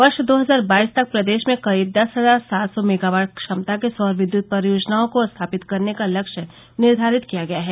वर्ष दो हजार बाईस तक प्रदेश में करीब दस हजार सात सौ मेगावाट क्षमता के सौर विद्युत परियोजनाओं को स्थापित करने का लक्ष्य निर्धारित किया गया है